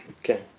Okay